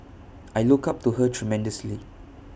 I look up to her tremendously